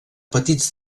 petits